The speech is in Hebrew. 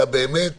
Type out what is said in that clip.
אנחנו